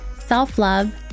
self-love